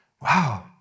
Wow